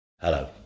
Hello